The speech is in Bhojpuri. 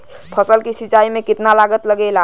फसल की सिंचाई में कितना लागत लागेला?